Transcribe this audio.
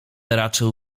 raczył